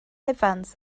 evans